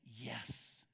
yes